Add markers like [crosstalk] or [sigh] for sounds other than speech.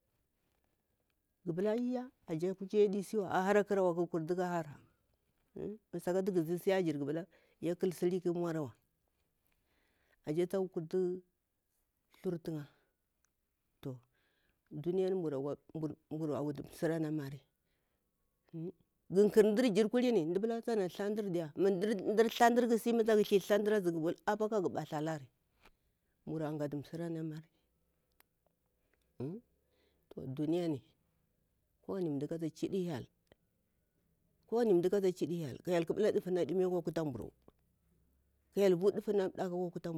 Gu palah ashi kuci yadi siwa a hara karawa ku kurti ku har [hesitation] ma sakati garsi ajiri gupalah yakul sili ki mwar wa, ashe tsak kurtu thurtu nkha. to duniya ni mbura wutu msira ni amari [hesitation] gu ƙar ɗir jiri kolini mda pila tana thlandir mudir thlandir ku si matak thlindir azi apah kagu bathlari mbura ghatu msirani amari [hesitation] duniyani kowani mda kata chiɗi hyel kowani mdah kata chidi hyel ƙabula ɗufu na dimi akwa kuta mburu, ka hyel dufu da bdaku akwa kuta nburu kyel de funan badau.